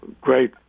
great